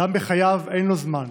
// אדם בחייו אין לו זמן.